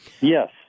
Yes